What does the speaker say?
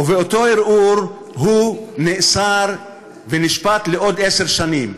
ובאותו ערעור הוא נאסר ונשפט לעוד עשר שנים.